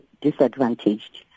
disadvantaged